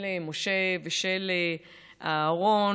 של משה ושל אהרן,